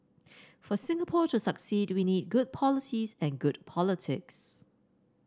for Singapore to succeed we need good policies and good politics